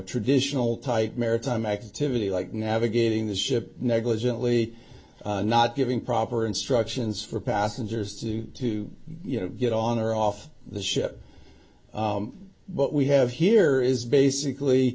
traditional tight maritime activity like navigating the ship negligently not giving proper instructions for passengers to to you know get on or off the ship but we have here is basically